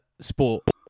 sport